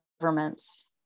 governments